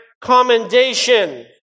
commendation